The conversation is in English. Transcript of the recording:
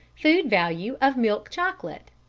food value of milk chocolate.